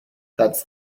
that’s